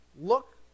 Look